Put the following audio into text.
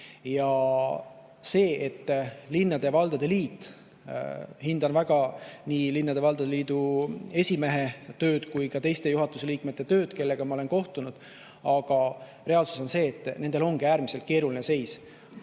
keeruline. Ma hindan väga nii linnade ja valdade liidu esimehe tööd kui ka teiste juhatuse liikmete tööd, kellega ma olen kohtunud, aga reaalsus on see, et nendel ongi äärmiselt keeruline seis.